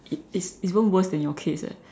it it's it's even worst than your case eh